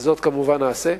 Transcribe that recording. וזאת כמובן נעשה.